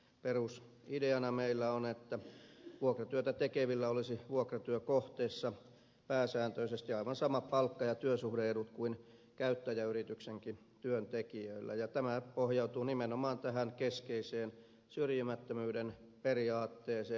perusideana meillä on että vuokratyötä tekevillä olisi vuokratyökohteessa pääsääntöisesti aivan samat palkka ja työsuhde edut kuin käyttäjäyrityksenkin työntekijöillä ja tämä pohjautuu nimenomaan tähän keskeiseen syrjimättömyyden periaatteeseen